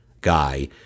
guy